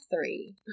three